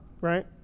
right